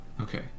Okay